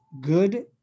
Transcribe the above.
good